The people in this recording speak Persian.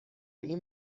این